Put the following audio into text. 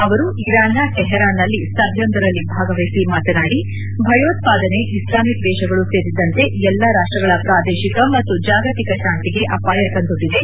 ಅವರು ಇರಾನ್ನ ಟೆಹರಾನ್ನಲ್ಲಿ ಸಭೆಯೊಂದರಲ್ಲಿ ಭಾಗವಹಿಸಿ ಮಾತನಾಡಿ ಭಯೋತ್ಪಾದನೆ ಇಸ್ತಾಮಿಕ್ ದೇಶಗಳು ಸೇರಿದಂತೆ ಎಲ್ಲ ರಾಷ್ಟಗಳ ಪ್ರಾದೇಶಿಕ ಮತ್ತು ಜಾಗತಿಕ ಶಾಂತಿಗೆ ಅಪಾಯ ತಂದೊಡ್ಡಿದೆ